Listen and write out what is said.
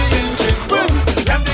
engine